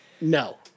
No